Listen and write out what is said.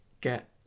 get